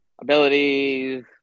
abilities